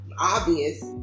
obvious